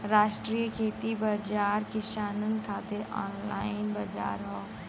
राष्ट्रीय खेती बाजार किसानन खातिर ऑनलाइन बजार हौ